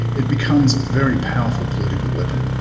it becomes a very powerful political weapon.